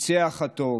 ניצח הטוב.